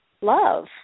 love